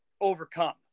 overcome